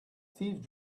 teeth